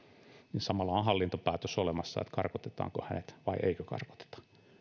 niin samalla olisi hallintopäätös olemassa siitä karkotetaanko hänet vai eikö karkoteta